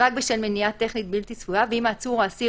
רק בשל מניעה טכנית בלתי צפויה ואם העצור או האסיר